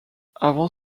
avant